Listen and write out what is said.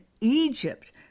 Egypt